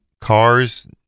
cars